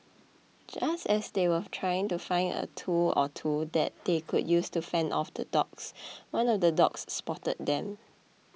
just as they were trying to find a tool or two that they could use to fend off the dogs one of the dogs spotted them